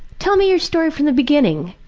tell me your story from the beginning!